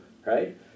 Right